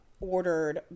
ordered